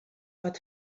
pot